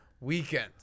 weekend